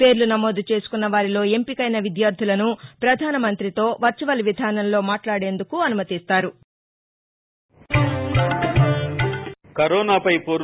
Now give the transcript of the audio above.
పేర్లు నమోదు చేసుకున్న వారిలో ఎంపికైన విద్యార్టులను ప్రధానమంత్రితో వర్చువల్ విధానంలో మాట్లాదేందుకు అనుమతిస్తారు